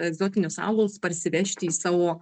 egzotinius augalus parsivežti į savo